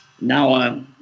Now